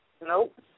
Nope